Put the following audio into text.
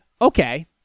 okay